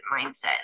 mindset